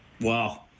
Wow